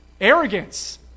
Arrogance